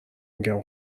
میگم